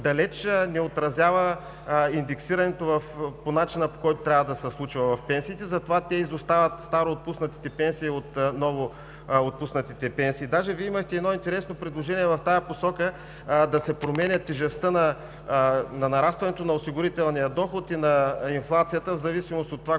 далеч не отразява индексирането по начина, по който трябва да се случва в пенсиите. Затова староотпуснатите пенсии изостават от новоотпуснатите. Даже Вие имахте едно интересно предложение в тази посока – да се променя тежестта на нарастването на осигурителния доход и на инфлацията в зависимост от това